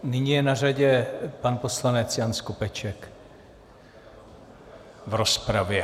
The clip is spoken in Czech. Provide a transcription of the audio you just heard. Nyní je na řadě pan poslanec Jan Skopeček v rozpravě.